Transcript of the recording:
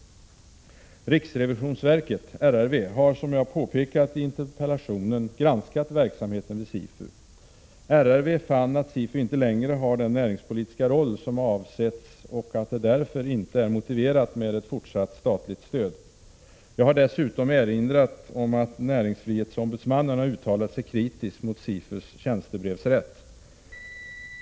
Riksrevisionsverket — RRV — har, som jag påpekat i interpellationen, granskat verksamheten vid SIFU. RRV fann att SIFU inte längre har den näringspolitiska roll som avsetts och att det därför inte är motiverat med ett fortsatt statligt stöd. Jag har dessutom erinrat om att näringsfrihetsombudsmannen har uttalat sig kritiskt mot SIFU:s tjänstebrevsrätt.